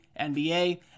NBA